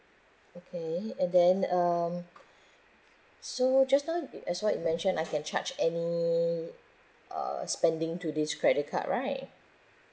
okay and then um so just now you as what you mention I can charge any uh spending to this credit card right